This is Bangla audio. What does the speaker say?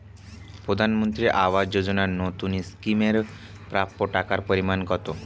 প্রধানমন্ত্রী আবাস যোজনায় নতুন স্কিম এর প্রাপ্য টাকার পরিমান কত?